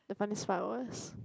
the funniest part was